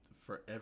forever